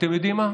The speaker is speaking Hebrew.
אתם יודעים מה?